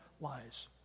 lies